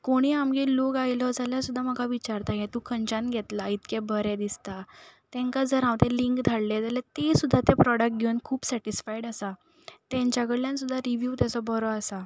कोणी आमगेर लोक आयलो जाल्यार सुद्दां म्हाका विचारता हें तूं खंयच्यान घेतलें इतकें बरें दिसता तेंकां जर हांवें तें लिंक धाडलें जाल्यार तीं सुद्दां ते प्रोडक्ट घेवन खूब सेटीसफायड आसा तेंच्या कडल्यान रिवीव सुद्दां बरो आसा